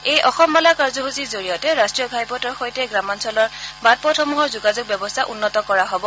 এই অসম মালা কাৰ্যসূচীৰ জৰিয়তে ৰাষ্ট্ৰীয় ঘাইপথৰ সৈতে গ্ৰাম্যাঞ্চলৰ বাট পথসমূহৰ যোগাযোগ ব্যৱস্থা উন্নত কৰা হ'ব